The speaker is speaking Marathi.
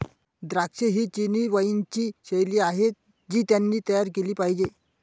द्राक्षे ही चिनी वाइनची शैली आहे जी त्यांनी तयार केली पाहिजे